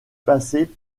passée